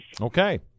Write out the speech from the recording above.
okay